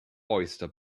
oyster